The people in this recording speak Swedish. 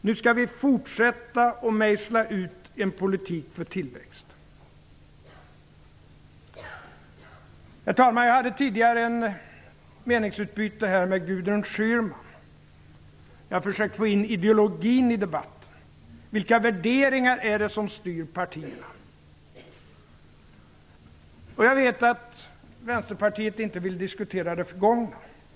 Nu skall vi fortsätta att mejsla ut en politik för tillväxt. Herr talman! Jag hade här tidigare ett meningsutbyte med Gudrun Schyman där jag försökte få in ideologin i debatten. Vilka värderingar är det som styr partierna? Jag vet att Vänsterpartiet inte vill diskutera det förgångna.